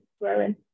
growing